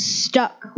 stuck